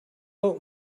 old